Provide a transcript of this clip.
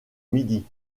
midi